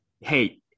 hey